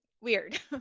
weird